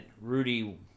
Rudy